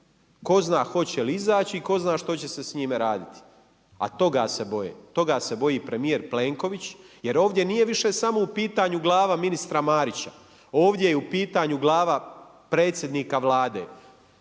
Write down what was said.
Tko zna hoće li izaći i tko zna što će se s njime raditi, a toga se bojim. Toga se boji premijer Plenković, jer ovdje nije više samo u pitanju glava ministra Marića. Ovdje je u pitanju glava predsjednika Vlade